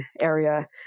area